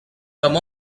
come